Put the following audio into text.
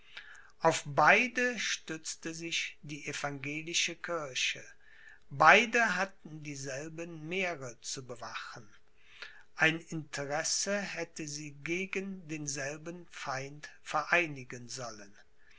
auf beide stützte sich die evangelische kirche beide hatten dieselben meere zu bewachen ein interesse hätte sie gegen denselben feind vereinigen sollen